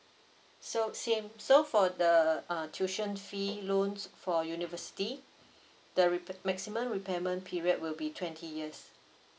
so same so for the uh tuition fee loans for university the repay~ maximum repayment period will be twenty years